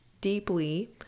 deeply